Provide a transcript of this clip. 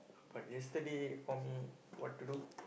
but yesterday for me what to do